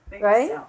Right